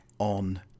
On